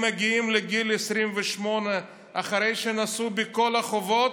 הם מגיעים לגיל 28 אחרי שנשאו בכל החובות,